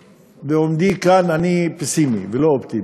בעומדי כאן אני פסימי ולא אופטימי.